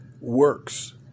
works